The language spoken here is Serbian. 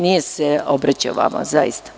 Nije se obraćao vama, zaista.